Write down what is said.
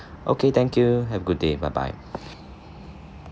okay thank you have a good day bye bye